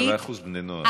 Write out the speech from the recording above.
10% מבני הנוער.